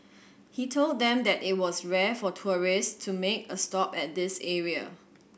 he told them that it was rare for tourist to make a stop at this area